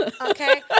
okay